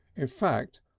in fact,